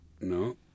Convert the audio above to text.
no